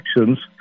actions